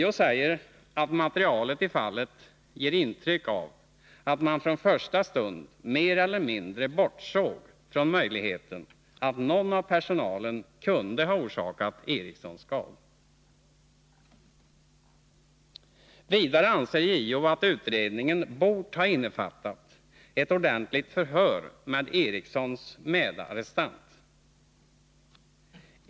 JO säger att materialet i fallet ger intryck av att man från första stund mer eller mindre bortsåg från möjligheten att någon av personalen kunde ha orsakat Erikssons skador. Vidare anser JO att utredningen borde ha innefattat ett ordentligt förhör med Erikssons medarrestant.